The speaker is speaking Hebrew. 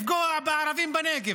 לפגוע בערבים בנגב,